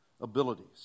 abilities